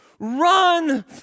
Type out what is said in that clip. Run